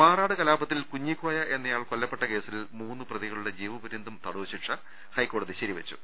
മാറാട് കലാപത്തിൽ കുഞ്ഞിക്കോയ എന്നയാൾ കൊല്ലപ്പെട്ട കേസിൽ മൂന്ന് പ്രതികളുടെ ജീവപരൃന്തം തടവുശിക്ഷ ഹൈക്കോ ടതി ശരിവെച്ചു